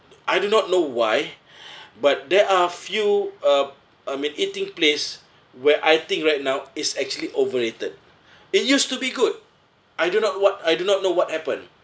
I do not know why but there are few uh I mean eating place where I think right now is actually overrated it used to be good I do not what I do not know what happen